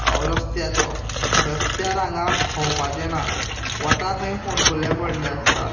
रस्त्याचो रस्त्यार हांगा भोंवपाचें ना वता थंय फोंडकुले पडले आसतात